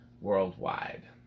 worldwide